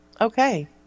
Okay